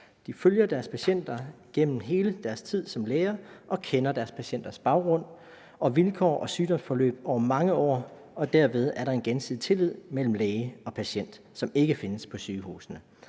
De følger deres patienter gennem hele deres tid som læger og kender deres patienters baggrund, vilkår og sygdomsforløb over mange år. Derved er der en gensidig tillid mellem læge og patient, som ikke findes på sygehusene,